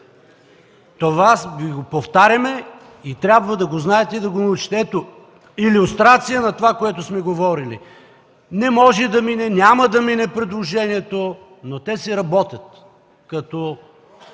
Това Ви го повтаряме и трябва да го знаете и да го научите. Ето и илюстрация на това, което сме говорили – не може да мине, няма да мине предложението, но те си работят като